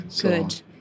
Good